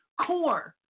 core